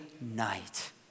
night